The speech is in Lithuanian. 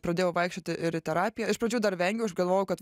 pradėjau vaikščioti ir į terapiją iš pradžių dar vengiau aš galvoju kad